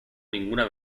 ninguna